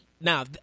now